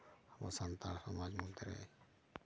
ᱟᱵᱚ ᱥᱟᱱᱛᱟᱲ ᱥᱚᱢᱟᱡᱽ ᱢᱚᱫᱽᱫᱷᱮᱨᱮ